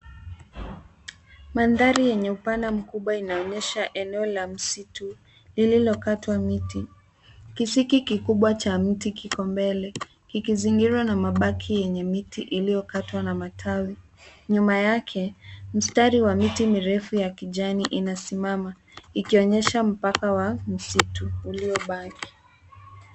Mandhari yenye upana mkubwa inaonyesha eneo la msitu lililokatwa miti. Kisiki kikubwa cha mti kiko mbele ikizingirwa na mabaki yenye miti iliyokatwa na matawi. Nyuma yake mstari wa miti mirefu ya kijani inasimama ikionyesha mpaka wa msitu uliobaki.